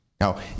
Now